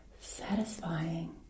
Satisfying